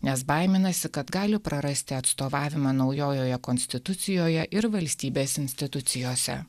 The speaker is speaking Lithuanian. nes baiminasi kad gali prarasti atstovavimą naujojoje konstitucijoje ir valstybės institucijose